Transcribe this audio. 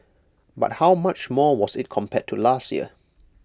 but how much more was IT compared to last year